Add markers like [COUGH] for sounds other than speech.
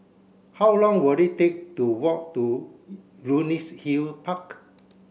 how long will it take to walk to [UNINTELLIGIBLE] Luxus Hill Park